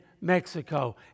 Mexico